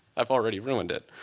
i've already ruined it.